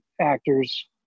actors